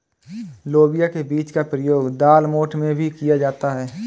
लोबिया के बीज का प्रयोग दालमोठ में भी किया जाता है